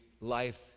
life